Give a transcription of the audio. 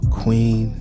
queen